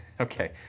Okay